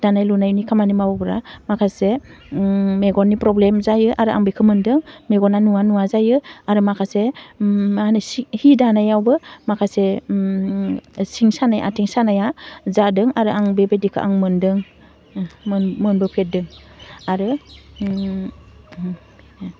दानाय लुनायनि खामानि मावोब्ला माखासे मेगननि प्रब्लेम जायो आरो आं बेखौ मोनदों मेग'ना नुवा नुवा जायो आरो माखासे मा होनो सि दानायावबो माखासे सिं सानाय आथिं सानाया जादों आरो आं बेबादिखौ आं मोन्दों मोन मोनबोफेरदों आरो